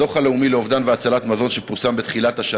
בדוח הלאומי על אובדן מזון והצלת מזון,